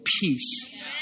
peace